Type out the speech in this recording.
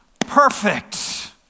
Perfect